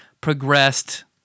progressed